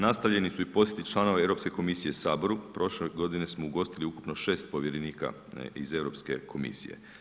Nastavljeni su posjeti članova Europske komisije Saboru, prošle godine smo ugostili ukupno 6 povjerenika iz Europske komisije.